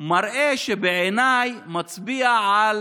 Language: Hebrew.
מראה שבעיניי מצביע על